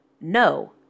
no